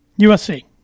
USC